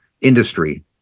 industry